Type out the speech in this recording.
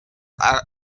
are